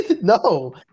No